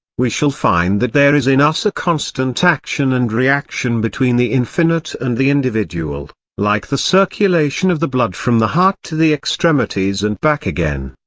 we shall find that there is in us a constant action and reaction between the infinite and the individual, like the circulation of the blood from the heart to the extremities and back again,